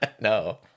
No